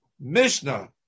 Mishnah